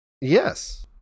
Yes